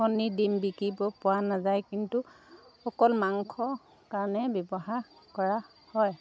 কণী ডিম বিকিব পৰা নাযায় কিন্তু অকল মাংস কাৰণে ব্যৱহাৰ কৰা হয়